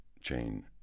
chain